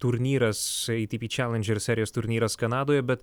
turnyras ei ty py čelendžer serijos turnyras kanadoje bet